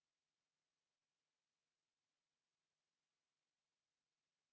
Kiitos